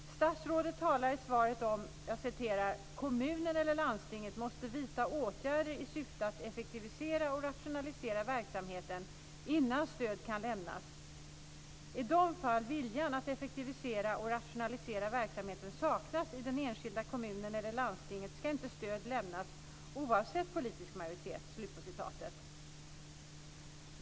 Statsrådet talar i svaret om att "kommunen eller landstinget måste vidta åtgärder i syfte att effektivisera och rationalisera verksamheten innan stöd kan lämnas. - I de fall viljan att effektivisera och rationalisera verksamheten saknas i den enskilda kommunen eller landstinget ska inte stöd lämnas, oavsett politisk majoritet."